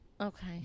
Okay